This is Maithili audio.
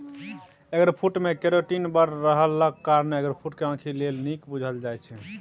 एगफ्रुट मे केरोटीन बड़ रहलाक कारणेँ एगफ्रुट केँ आंखि लेल नीक बुझल जाइ छै